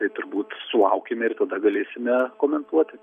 tai turbūt sulaukime ir tada galėsime komentuoti